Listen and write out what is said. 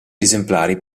esemplari